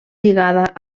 lligada